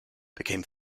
became